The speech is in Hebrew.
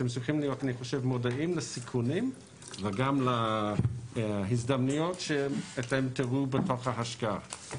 אתם צריכים להיות מודעים לסיכונים וגם להזדמנויות שתראו בתוך ההשקעה.